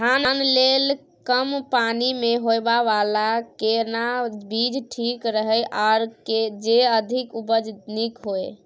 धान लेल कम पानी मे होयबला केना बीज ठीक रहत आर जे अधिक उपज नीक होय?